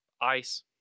ice